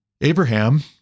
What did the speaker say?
Abraham